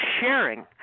sharing